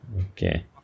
Okay